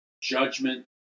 judgment